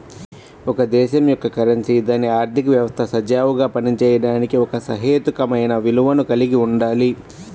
ఒక దేశం యొక్క కరెన్సీ దాని ఆర్థిక వ్యవస్థ సజావుగా పనిచేయడానికి ఒక సహేతుకమైన విలువను కలిగి ఉండాలి